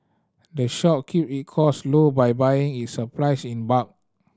the shop keep it cost low by buying its supplies in bulk